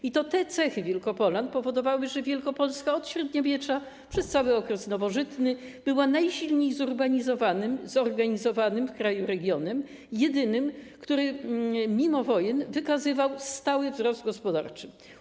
I to te cechy Wielkopolan powodowały, że Wielkopolska od średniowiecza przez cały okres nowożytny była najsilniej zurbanizowanym, zorganizowanym w kraju regionem, jedynym, który mimo wojen wykazywał stały wzrost gospodarczy.